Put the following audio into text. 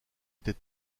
était